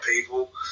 people